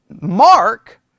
Mark